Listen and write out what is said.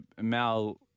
Mal